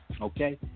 okay –